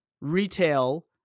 retail